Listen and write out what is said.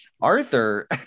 Arthur